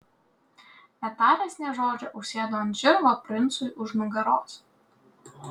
netaręs nė žodžio užsėdo ant žirgo princui už nugaros